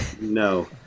No